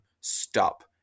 stop